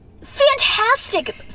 Fantastic